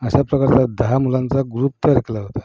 अशा प्रकारचा दहा मुलांचा ग्रुप तयार केला होता